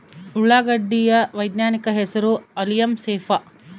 ಉಳ್ಳಾಗಡ್ಡಿ ಯ ವೈಜ್ಞಾನಿಕ ಹೆಸರು ಅಲಿಯಂ ಸೆಪಾ